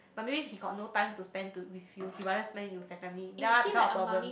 but maybe if he got no time to spend to with you he rather spend it to family then after that become a problem